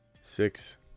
Six